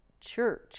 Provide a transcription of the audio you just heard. church